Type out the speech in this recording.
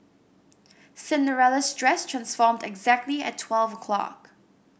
Cinderella's dress transformed exactly at twelve o'clock